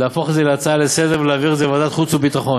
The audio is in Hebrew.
להפוך את זה להצעה לסדר-היום ולהעביר את זה לוועדת החוץ והביטחון.